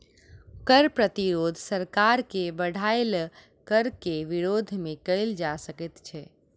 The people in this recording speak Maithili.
कर प्रतिरोध सरकार के बढ़ायल कर के विरोध मे कयल जा सकैत छै